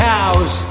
Cows